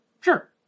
Sure